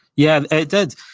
yeah, it did.